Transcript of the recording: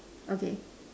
okay